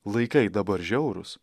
laikai dabar žiaurūs